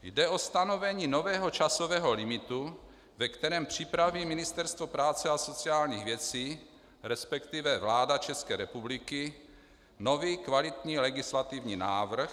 Jde o stanovení nového časového limitu, ve kterém připraví Ministerstvo práce a sociálních věcí, resp. vláda České republiky, nový, kvalitní legislativní návrh.